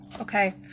okay